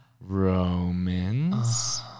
Romans